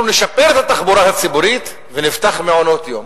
אנחנו נשפר את התחבורה הציבורית ונפתח מעונות יום.